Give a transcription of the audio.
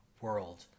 world